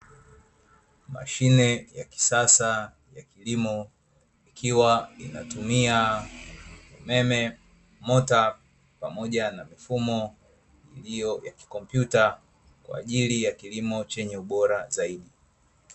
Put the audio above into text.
Mashine ya kisasa ya kilimo ikiwa inatumia umeme, mota, pamoja na mifumo iliyo ya kikompyuta kwaajili ya kilimo chenye ubora zaidi.